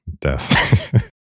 death